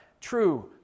true